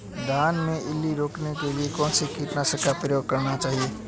धान में इल्ली रोकने के लिए कौनसे कीटनाशक का प्रयोग करना चाहिए?